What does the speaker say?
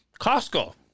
Costco